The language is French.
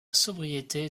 sobriété